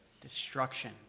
Destruction